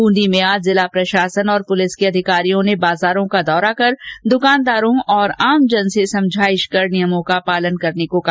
बुंदी में आज जिला प्रशासन और पुलिस के अधिकारियों ने बाजारों का दौरा कर द्कानदारों और आम जन से समझाइश कर नियमों का पालन करने को कहा